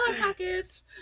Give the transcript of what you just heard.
pockets